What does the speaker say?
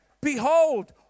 Behold